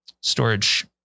storage